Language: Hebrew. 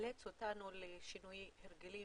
שמאלץ אותנו לשינוי הרגלים